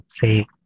say